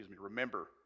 remember